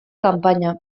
kanpaina